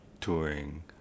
touring